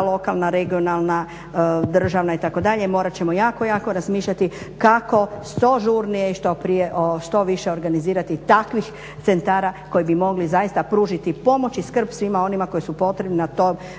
lokalna, regionalna, državna itd. morat ćemo jako, jako razmišljati kako što žurnije i što više organizirati takvih centara koji bi mogli zaista pružiti pomoć i skrb svima onima koji su potrebni